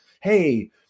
Hey